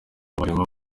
abarimu